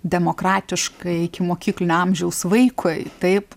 demokratiškai ikimokyklinio amžiaus vaikui taip